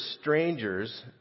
strangers